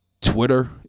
Twitter